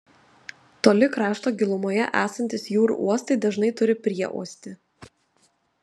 toli krašto gilumoje esantys jūrų uostai dažnai turi prieuostį